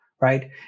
right